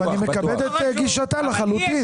אבל אני מכבד את גישתה לחלוטין.